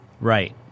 Right